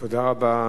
תודה רבה.